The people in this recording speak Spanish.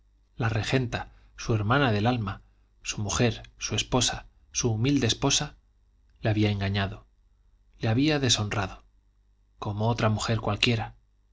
la regenta su hermana del alma su mujer su esposa su humilde esposa le había engañado le había deshonrado como otra mujer cualquiera